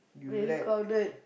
very crowded